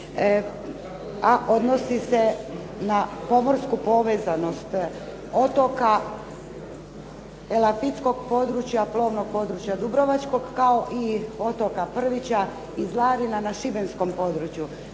a odnosi se na pomorsku povezanost otoka, elafitskog područja, plovnog područja dubrovačkog kao i otoka Prvića i Zlarina na šibenskom području.